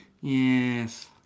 Yes